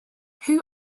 who